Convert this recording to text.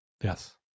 Yes